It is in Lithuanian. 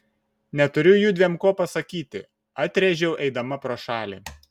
neturiu judviem ko pasakyti atrėžiau eidama pro šalį